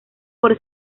por